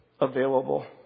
available